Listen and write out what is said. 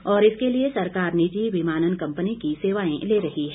और इसके लिए सरकार निजी विमानन कम्पनी की सेवाए ले रही है